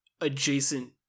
adjacent